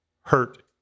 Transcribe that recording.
hurt